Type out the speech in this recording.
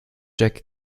jack